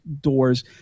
doors